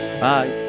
Bye